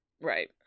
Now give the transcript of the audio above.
Right